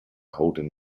holding